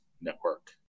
Network